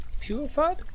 purified